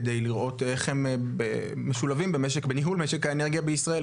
כדי לראות איך הם משולבים בניהול משק האנרגיה בישראל,